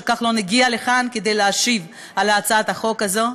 כחלון הגיע לכאן כדי להשיב על הצעת החוק הזאת.